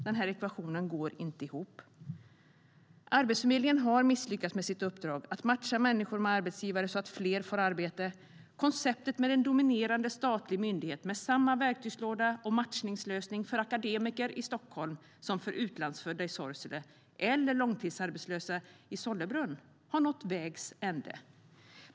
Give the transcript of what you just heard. Den här ekvationen går inte ihop. Arbetsförmedlingen har misslyckats med sitt uppdrag att matcha människor med arbetsgivare så att fler får arbete. Konceptet med en dominerande statlig myndighet med samma verktygslåda och matchningslösning för akademiker i Stockholm som för utlandsfödda i Sorsele eller långtidsarbetslösa i Sollebrunn har nått vägs ände.